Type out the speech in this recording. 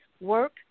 work